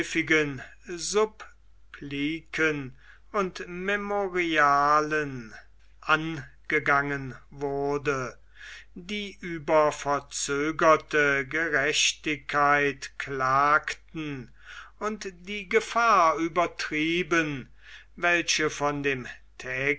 und memorialen angegangen wurde die über verzögerte gerechtigkeit klagten und die gefahr übertrieben welche von dem